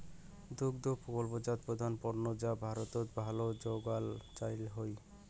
দুগ্ধ প্রকল্পজাত প্রধান পণ্য যা ভারতত ভালে জোখন চইল হই